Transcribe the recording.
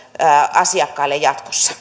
asiakkaille jatkossa